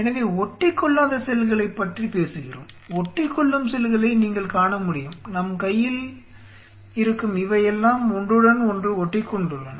எனவே ஒட்டிக்கொள்ளாத செல்களைப் பற்றி பேசுகிறோம் ஒட்டிக்கொள்ளும் செல்களை நீங்கள் காண முடியும் நம் கையில் இருக்கும் இவையெல்லாம் ஒன்றுடன் ஒன்று ஒட்டிக்கொண்டுள்ளன